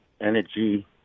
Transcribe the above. energy